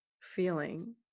feeling